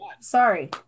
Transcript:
sorry